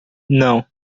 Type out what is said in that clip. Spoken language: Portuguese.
não